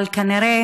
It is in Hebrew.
אבל כנראה